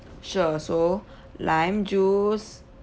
sure so lime juice